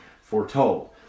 foretold